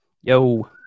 Yo